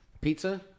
Pizza